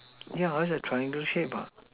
yeah just that triangular shape